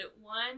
one